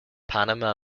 panama